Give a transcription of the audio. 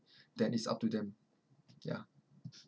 then it's up to them ya